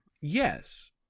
yes